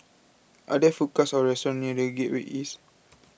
are there food courts or restaurants near the Gateway East